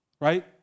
right